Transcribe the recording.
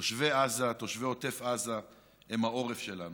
תושבי עוטף עזה הם העורף שלנו,